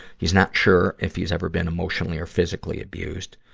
he's not sure if he's ever been emotionally or physically abused.